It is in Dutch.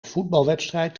voetbalwedstrijd